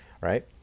right